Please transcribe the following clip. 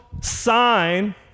sign